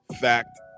fact